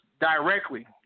directly